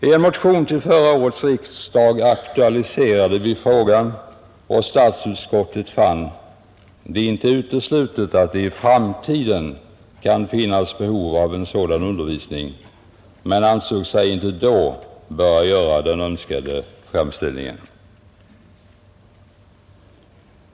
I en motion till förra årets riksdag aktualiserade vi frågan, och statsutskottet fann det inte uteslutet att det i framtiden kan finnas behov av sådan undervisning men ansåg sig inte då böra göra den önskade framställningen.